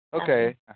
Okay